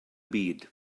byd